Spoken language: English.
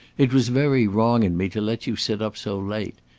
it was very wrong in me to let you sit up so late.